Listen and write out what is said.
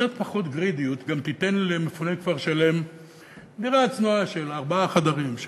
קצת פחות גרידיות גם תיתן למפוני כפר-שלם דירה צנועה של ארבעה חדרים,